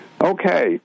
Okay